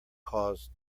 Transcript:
cause